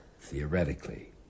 Theoretically